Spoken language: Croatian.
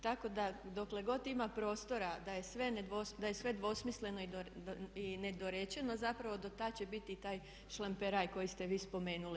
Tako da dokle god ima prostora da je sve dvosmisleno i nedorečeno zapravo do tada će biti taj šlamperaj koji ste vi spomenuli.